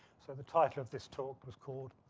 so the title of this talk was called,